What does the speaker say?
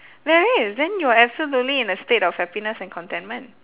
there is then you're absolutely in a state of happiness and contentment